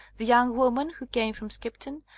the young woman who came from skipton,